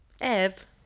Ev